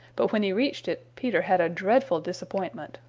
but when he reached it, peter had a dreadful disappointment.